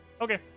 okay